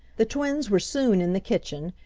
the twins were soon in the kitchen,